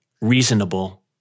Reasonable